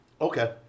okay